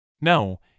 No